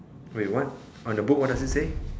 wait what on the book what does it say